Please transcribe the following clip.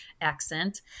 accent